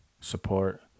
support